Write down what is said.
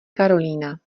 karolína